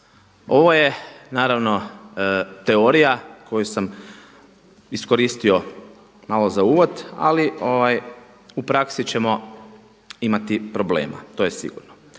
Ovo je naravno teorija koju sam iskoristio malo za uvod, ali u praksi ćemo imati problema to je sigurno.